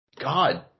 God